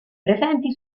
presenti